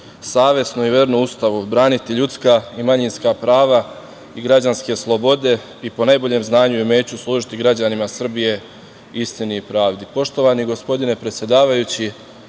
savesno i verno Ustavu. Braniti ljudska i manjinska prava i građanske slobode i po najboljem znanju i umeću služiti građanima Srbije istini i